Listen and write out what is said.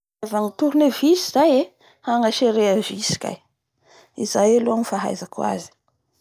Ny ilaiva ny tournevis zay ee, fanaserea visy kay izay aloha ny fahaizako azy.